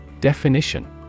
Definition